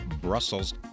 Brussels